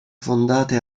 fondate